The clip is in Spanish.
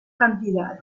cantidades